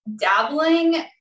Dabbling